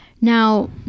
now